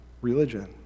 religion